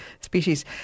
species